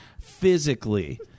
physically